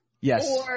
Yes